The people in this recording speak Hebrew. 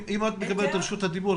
אם את מקבלת את רשות הדיבור,